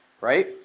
right